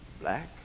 black